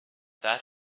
that